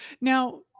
Now